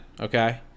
Okay